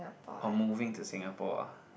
oh moving to Singapore ah